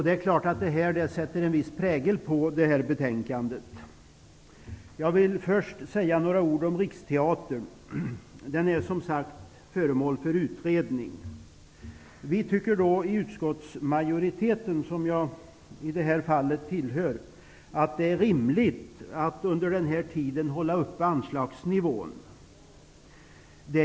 Det är klart att den sätter en viss prägel på detta betänkande. Jag vill först säga några ord om Riksteatern. Den är som sagt föremål för utredning. Vi i utskottsmajoriteten, som jag i det här fallet tillhör, tycker att det är rimligt att under den här tiden hålla anslagsnivån uppe.